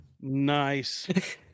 Nice